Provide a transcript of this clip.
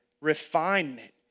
refinement